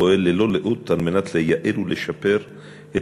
פועל ללא לאות על מנת לייעל ולשפר את